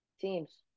teams